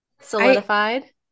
solidified